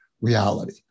reality